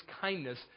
kindness